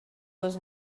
was